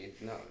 no